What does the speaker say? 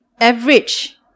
average